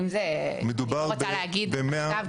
אני לא רוצה להגיד עכשיו,